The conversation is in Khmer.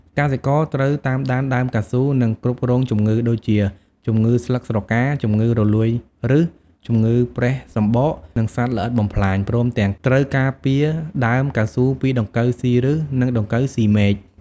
កសិករត្រូវតាមដានដើមកៅស៊ូ និងគ្រប់គ្រងជំងឺ ដូចជា ជំងឺស្លឹកស្រកា ជំងឺរលួយឫស ជំងឺប្រេះសំបក និងសត្វល្អិតបំផ្លាញ ព្រមទាំងត្រូវការពារដើមកៅស៊ូពី ដង្កូវស៊ីឫស និងដង្កូវស៊ីមែក។